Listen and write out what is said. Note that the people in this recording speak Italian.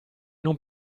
non